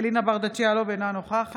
אלינה ברדץ' יאלוב, אינה נוכחת